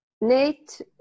Nate